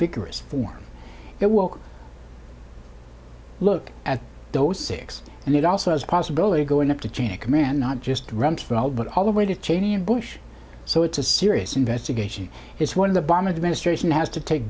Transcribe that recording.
vigorous form it will look at those six and it also has a possibility going up the chain of command not just rumsfeld but all the way to cheney and bush so it's a serious investigation it's one of the bomb administration has to take